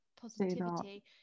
positivity